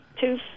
Two